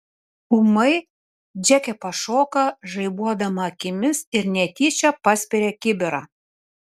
ūmai džeke pašoka žaibuodama akimis ir netyčia paspiria kibirą